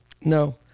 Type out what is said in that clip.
No